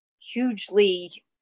Hugely